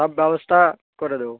সব ব্যবস্থা করে দেবো